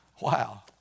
wow